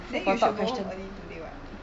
then you should go home early today [what]